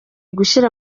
gushyira